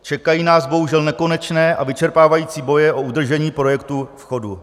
Čekají nás bohužel nekonečné a vyčerpávající boje o udržení projektu v chodu.